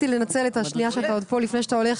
את השנייה שאתה עוד פה לפני שאתה הולך,